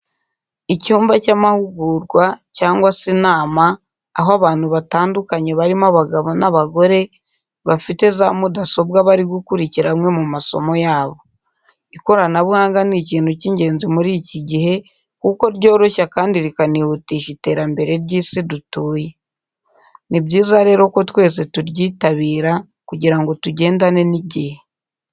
Icyumba cy'amahugurwa cyangwa se inama aho abantu batandukanye barimo abagabo n'abagore, bafite za mudasobwa bari gukurikira amwe mu masomo yabo. Ikoranabuhanga ni ikintu cy'ingenzi muri iki gihe kuko ryoroshya kandi rikanihutisha iterambere ry'isi dutuye. Ni byiza rero ko twese turyitabira kugirango tugendane n'igihe.